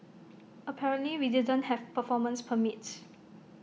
apparently we didn't have performance permits